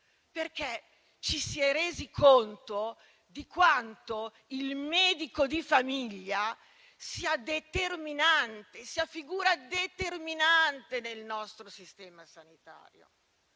perché ci si è resi conto di quanto il medico di famiglia sia una figura determinante nel nostro sistema sanitario.